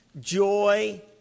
joy